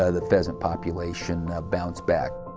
ah the pheasant population bounced back.